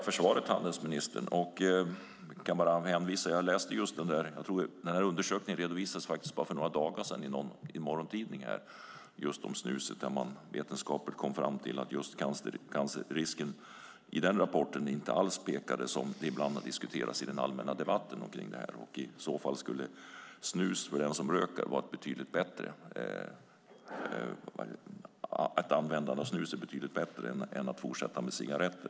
Fru talman! Undersökningen om snuset läste jag om för bara några dagar sedan i en morgontidning. I rapporten hade man vetenskapligt kommit fram till att cancerrisken inte alls pekade åt det håll som ibland har diskuterats i den allmänna debatten. I så fall skulle användande av snus för den som röker vara betydligt bättre än att fortsätta med cigaretter.